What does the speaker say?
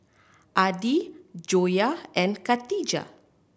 Adi Joyah and Katijah